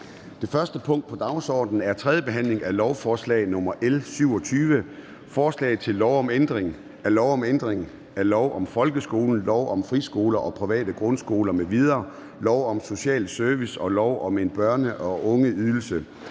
Det første punkt på dagsordenen er: 1) 3. behandling af lovforslag nr. L 27: Forslag til lov om ændring af lov om ændring af lov om folkeskolen, lov om friskoler og private grundskoler m.v., lov om social service og lov om en børne- og ungeydelse.